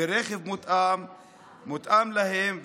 המותאם להם,